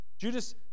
Judas